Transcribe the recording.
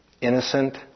innocent